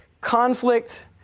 conflict